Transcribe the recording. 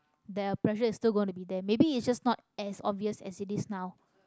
the pressure is still going to be there maybe it's just not as obvious as it is now